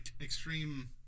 extreme